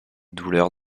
douleur